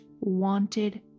wanted